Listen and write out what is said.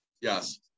Yes